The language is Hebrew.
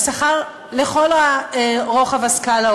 השכר לכל רוחב הסקאלה,